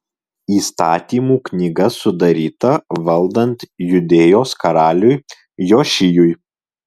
įstatymų knyga sudaryta valdant judėjos karaliui jošijui